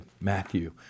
Matthew